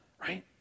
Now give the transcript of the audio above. right